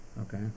Okay